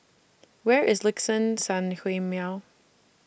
Where IS Liuxun Sanhemiao